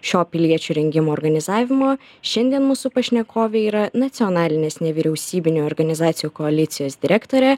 šio piliečių rengimo organizavimo šiandien mūsų pašnekovė yra nacionalinės nevyriausybinių organizacijų koalicijos direktorė